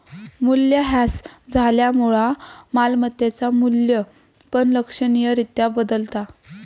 मूल्यह्रास झाल्यामुळा मालमत्तेचा मू्ल्य पण लक्षणीय रित्या बदलता